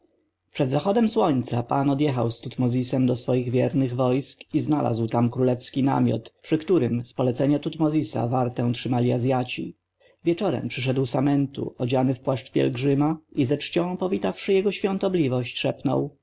przed zachodem słońca pan odjechał z tutmozisem do swoich wiernych wojsk i znalazł tam królewski namiot przy którym z polecenia tutmozisa wartę trzymali azjaci wieczorem przyszedł samentu odziany w płaszcz pielgrzyma i ze czcią powitawszy jego świątobliwość